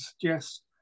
suggest